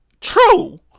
true